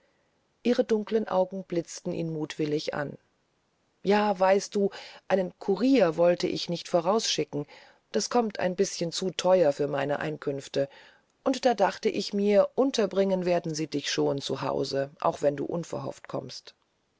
ihre dunklen augen blitzten ihn mutwillig an ja weißt du einen kurier wollte ich nicht vorausschicken das kommt ein bißchen zu teuer für meine einkünfte und da dachte ich mir unterbringen werden sie dich schon zu hause auch wenn du unverhofft kommst